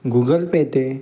Google Pay ते